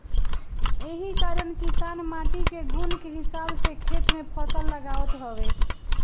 एही कारण किसान माटी के गुण के हिसाब से खेत में फसल लगावत हवे